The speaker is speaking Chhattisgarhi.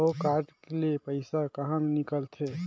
हव कारड ले पइसा कहा निकलथे?